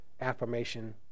affirmation